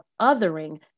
othering